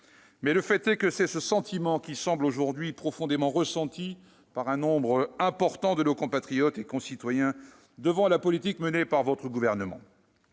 mais le fait est que c'est ce sentiment qui semble aujourd'hui profondément ressenti par un nombre important de nos compatriotes et concitoyens devant la politique menée par le Gouvernement.